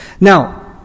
Now